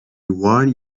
warn